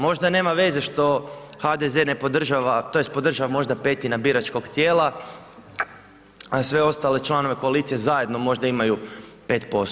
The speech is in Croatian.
Možda nema veze što HDZ ne podržava, tj. podržava možda petina biračkog tijela, a sve ostale članove koalicije zajedno možda imaju 5%